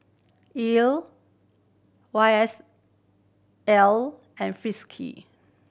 Elle Y S L and Frisky